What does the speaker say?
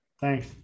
Thanks